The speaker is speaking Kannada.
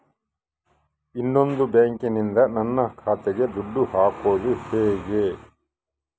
ಇನ್ನೊಂದು ಬ್ಯಾಂಕಿನಿಂದ ನನ್ನ ಖಾತೆಗೆ ದುಡ್ಡು ಹಾಕೋದು ಹೇಗೆ?